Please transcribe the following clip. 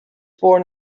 born